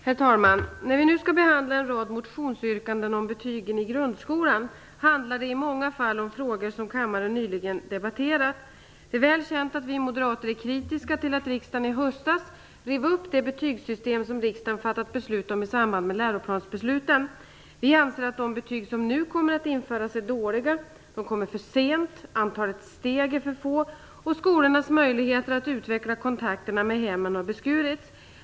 Herr talman! När vi nu skall behandla en rad motionsyrkanden om betygen i grundskolan handlar det i många fall om frågor som kammaren nyligen debatterat. Det är väl känt att vi moderater är kritiska till att riksdagen i höstas rev upp det betygssystem som riksdagen fattade beslut om i samband med läroplansbesluten. Vi anser att de betyg som nu kommer att införas är dåliga. De kommer för sent, antalet steg är för få, och skolornas möjligheter att utveckla kontakterna med hemmen har beskurits.